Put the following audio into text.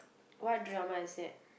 what drama is that